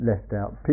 left-out